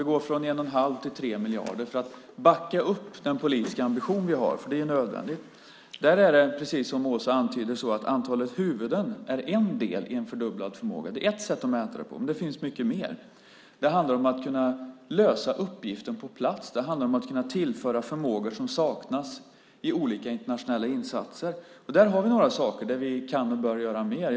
Vi går från 1 1⁄2 till 3 miljarder för att backa upp den politiska ambition vi har. Det är nödvändigt. Precis som Åsa antydde är det så att antalet huvuden är en del i en fördubblad förmåga. Det är ett sätt att mäta det på. Men det finns mycket mer. Det handlar om att kunna lösa uppgiften på plats. Det handlar om att kunna tillföra förmågor som saknas i olika internationella insatser. Där har vi några saker där vi kan och bör göra mer.